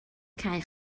cae